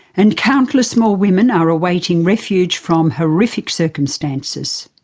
and countless more women are awaiting refuge from horrific circumstances.